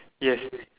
yes